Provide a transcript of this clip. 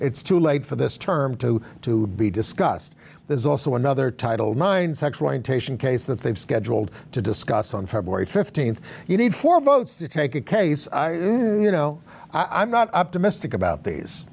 it's too late for this term to to be discussed there's also another title nine sexual orientation case that they've scheduled to discuss on february fifteenth you need four votes to take a case you know i'm not optimistic about these